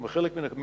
כלומר חלק מהכמות